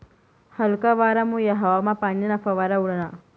हलका वारामुये हवामा पाणीना फवारा उडना